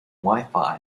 wifi